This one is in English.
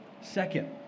Second